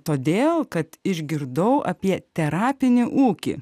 todėl kad išgirdau apie terapinį ūkį